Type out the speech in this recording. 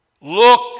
Look